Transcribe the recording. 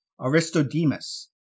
Aristodemus